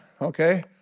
okay